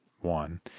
one